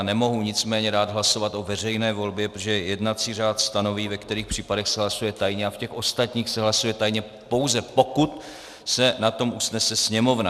Nemohu nicméně dát hlasovat o veřejné volbě, protože jednací řád stanoví, ve kterých případech se hlasuje tajně, a v těch ostatních se hlasuje tajně, pouze pokud se na tom usnese Sněmovna.